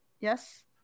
yes